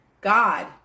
God